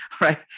right